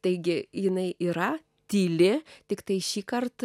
taigi jinai yra tyli tiktai šį kart